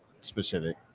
specific